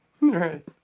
Right